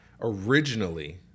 originally